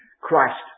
Christ